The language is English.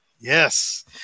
Yes